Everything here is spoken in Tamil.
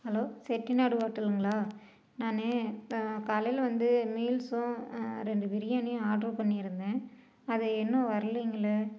ஹலோ செட்டிநாடு ஹோட்டலுங்களா நான் காலையில் வந்து மீல்ஸும் ரெண்டு பிரியாணியும் ஆட்ரு பண்ணியிருந்தேன் அது இன்னும் வரலைங்களே